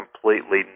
completely